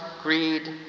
greed